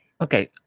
Okay